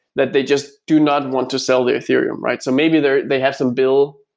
that they just do not want to sell the ethereum, right? so maybe they they have some bill,